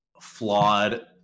flawed